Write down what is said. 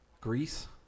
Greece